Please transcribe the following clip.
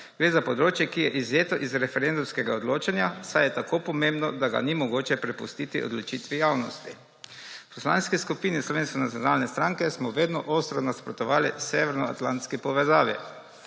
Gre za področje, ki je izvzeto iz referendumskega odločanja, saj je tako pomembno, da ga ni mogoče prepustiti odločitvi javnosti. V Poslanski skupini Slovenske nacionalne stranke smo vedno ostro nasprotovali severnoatlantski povezavi.